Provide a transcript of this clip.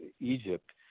egypt